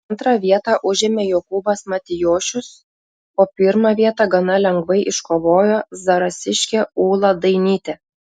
antrą vietą užėmė jokūbas matijošius o pirmą vietą gana lengvai iškovojo zarasiškė ūla dainytė